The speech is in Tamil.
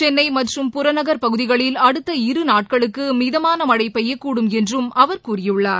சென்னை மற்றும் புறநகர் பகுதிகளில் அடுத் இரு நாட்களுக்கு மிதமான மழை பெய்யக்கூடும் என்றும் அவர் கூறியுள்ளார்